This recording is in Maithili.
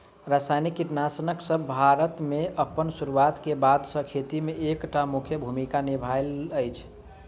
रासायनिक कीटनासकसब भारत मे अप्पन सुरुआत क बाद सँ खेती मे एक टा मुख्य भूमिका निभायल अछि